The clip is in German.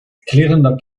klirrender